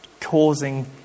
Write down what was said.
causing